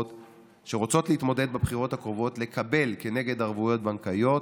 ורוצות להתמודד בבחירות הקרובות לקבל כנגד ערבויות בנקאיות